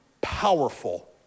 powerful